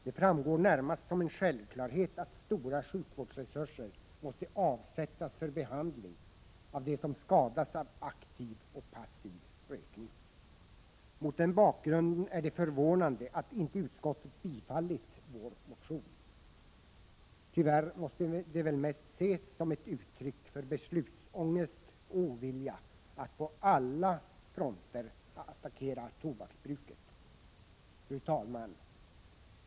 Det framstår närmast som en självklarhet att stora sjukvårdsresurser måste avsättas för behandling av dem som skadas av aktiv och passiv rökning. Mot den bakgrunden är det förvånande att inte utskottet har bifallit vår motion. Tyvärr måste det väl mest ses som ett uttryck för beslutsångest och ovilja att på alla fronter attackera tobaksbruket. Fru talman!